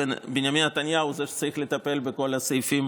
ובנימין נתניהו הוא שצריך לטפל בכל הסעיפים